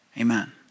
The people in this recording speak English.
Amen